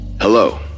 Hello